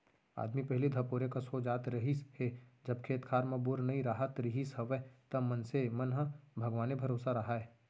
आदमी पहिली धपोरे कस हो जात रहिस हे जब खेत खार म बोर नइ राहत रिहिस हवय त मनसे मन ह भगवाने भरोसा राहय